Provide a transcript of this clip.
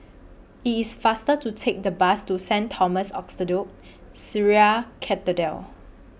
IT IS faster to Take The Bus to Saint Thomas Orthodox Syrian Cathedral